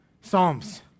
psalms